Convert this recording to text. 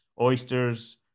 oysters